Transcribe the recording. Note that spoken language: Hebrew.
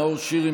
נאור שירי,